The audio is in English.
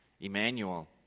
Emmanuel